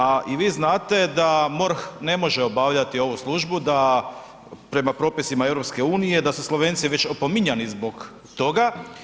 A vi znate da MORH ne može obavljati ovu službu, da prema propisima EU da su Slovenci već opominjani zbog toga.